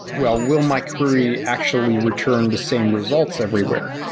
well, will my query actually return the same results everywhere?